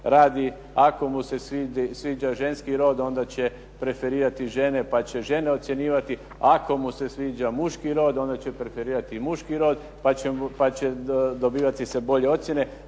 radi. Ako mu se sviđa ženski rod, onda će preferirati žene pa će žene ocjenjivati. Ako mu se sviđa muški rod, onda će preferirati muški rod pa će dobivati se bolje ocjene.